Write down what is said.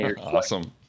awesome